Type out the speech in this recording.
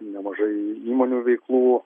nemažai įmonių veiklų